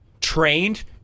trained